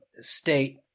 state